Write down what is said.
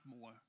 more